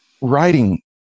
writing